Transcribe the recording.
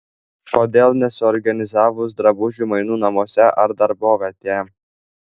kodėl nesuorganizavus drabužių mainų namuose ar darbovietėje